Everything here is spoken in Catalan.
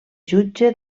jutge